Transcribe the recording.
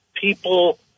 people